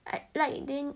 I like then